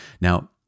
Now